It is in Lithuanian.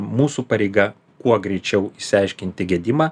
mūsų pareiga kuo greičiau išsiaiškinti gedimą